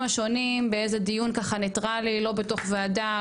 השונים בדיון נטרלי לא בתוך וועדה,